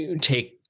take